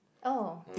oh